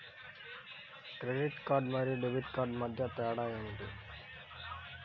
Credit card మరియు debit card మధ్య తేడా ఏమిటి?